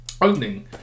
opening